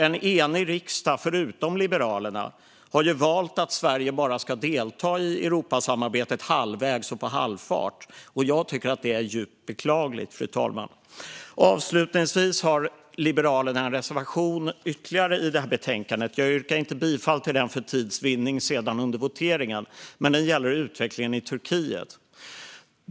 En enig riksdag, förutom Liberalerna, har valt att Sverige bara ska delta i Europasamarbetet halvvägs och på halvfart. Jag tycker att det är djupt beklagligt, fru talman. Avslutningsvis har Liberalerna ytterligare en reservation i betänkandet. Jag avstår från att yrka bifall till den för att sedan vinna tid under voteringen. Den gäller utvecklingen i Turkiet.